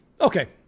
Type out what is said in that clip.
Okay